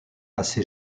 assez